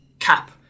CAP